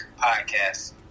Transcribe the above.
Podcast